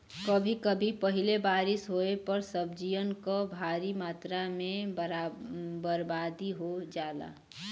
कभी कभी पहिले बारिस होये पर सब्जियन क भारी मात्रा में बरबादी हो जाला